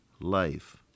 life